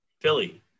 philly